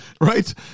Right